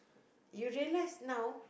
you relax now